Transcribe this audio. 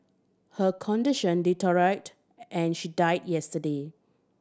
her condition deteriorated and she died yesterday